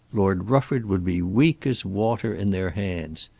lord rufford would be weak as water in their hands.